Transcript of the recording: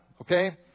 okay